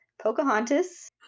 Pocahontas